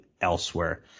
elsewhere